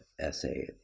essay